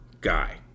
guy